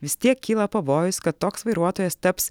vis tiek kyla pavojus kad toks vairuotojas taps